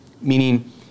meaning